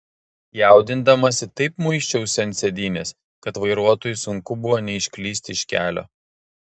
jaudindamasi taip muisčiausi ant sėdynės kad vairuotojui sunku buvo neišklysti iš kelio